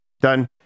Done